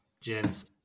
James